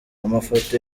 amafoto